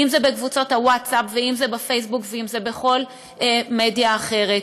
אם זה בקבוצות הווטסאפ ואם זה בפייסבוק ואם זה בכל מדיה אחרת.